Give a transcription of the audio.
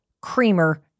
creamer